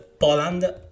Poland